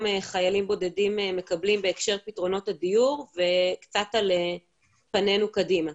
חיילים בודדים מקבלים בהקשר לפתרונות הדיור וקצת על פנינו קדימה.